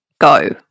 go